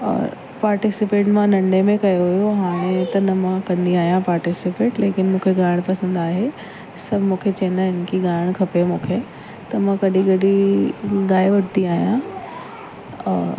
participate मां नंढे में कयो हुयो हाणे त न मां कंदी आहियां पार्टिसिपेट लेकिन मूंखे ॻाइणु पसंदि आहे सभु मूंखे चईंदा आहिनि कि ॻाइणु खपे मूंखे त मां कॾहिं कॾहिं गाए वठंदी आहियां औ